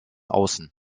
außen